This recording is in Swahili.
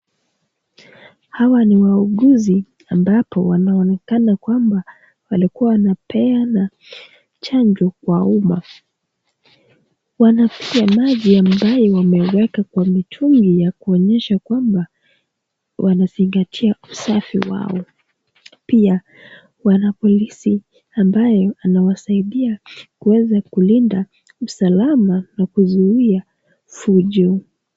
hawa ni wauguzi ambapo wanaonekana kwamba walikuwa wanapeana chanjo kwa um,a wana maji ambayo wameweka kwa mitungi yakuonyesha kwamba wanazingatia usafi wao pia wanapolisi ambayo wanawasaidia kuweza kulinda usalama na kuzuia fujo